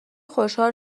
خوشحال